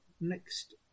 next